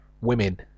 women